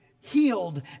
healed